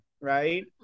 right